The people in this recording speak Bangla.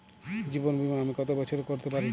জীবন বীমা আমি কতো বছরের করতে পারি?